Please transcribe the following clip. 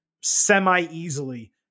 semi-easily